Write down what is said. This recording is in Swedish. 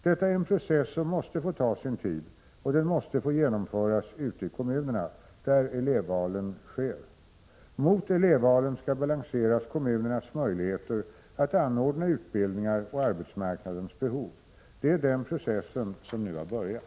Detta är en process som måste få ta sin tid, och den måste få genomföras ute i kommunerna, där elevvalen sker. Mot elevvalen skall balanseras kommunernas möjligheter att anordna utbildningar och arbetsmarknadens behov. Det är den processen som nu har börjat.